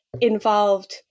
involved